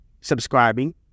subscribing